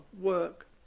work